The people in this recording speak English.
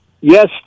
Yes